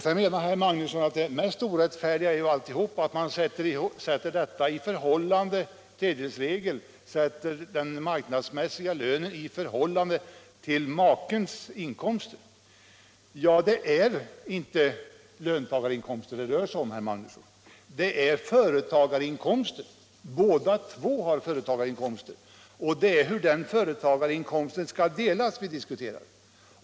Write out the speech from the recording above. Sedan menar herr Magnusson att det mest orättfärdiga av allt är att man här sätter den marknadsmässiga lönen i förhållande till makens inkomster. Ja, det är inte löntagarinkomster det rör sig om, utan företagarinkomster. Båda två har företagarinkomster, och det är hur den företagarinkomsten skall delas vi diskuterar.